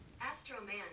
Astro-Man